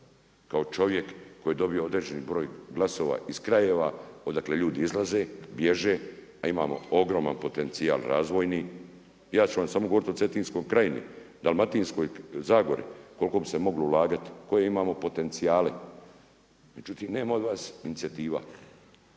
kao čovjek koji je dobio određeni broj glasova iz krajeva odakle ljudi izlaze, bježe a imamo ogroman potencijal razvojni. Ja ću vam samo govoriti o Cetinskoj krajini, Dalmatinskoj zagori koliko bi se moglo ulagati, koje imamo potencijale. Međutim, nema od vas inicijativa